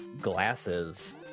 glasses